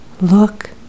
Look